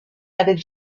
avec